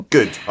Good